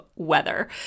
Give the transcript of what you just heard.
weather